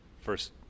first